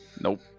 Nope